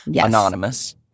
anonymous